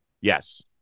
Yes